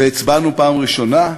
והצבענו פעם ראשונה,